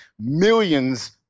millions